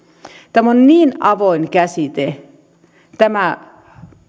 tämä on niin avoin käsite että tämä